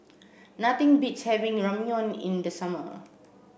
nothing beats having Ramyeon in the summer